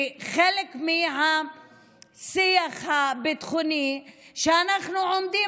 כי חלק מהשיח הביטחוני הוא שאנחנו עומדים